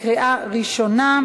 קריאה ראשונה.